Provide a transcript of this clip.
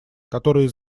которые